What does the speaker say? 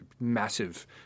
massive